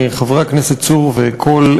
חברי הכנסת צור וקול,